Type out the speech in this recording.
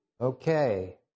Okay